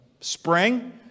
spring